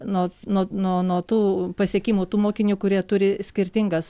nuo nuo nuo nuo tų pasiekimų tų mokinių kurie turi skirtingas